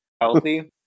healthy